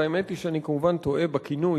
והאמת היא שאני כמובן טועה בכינוי,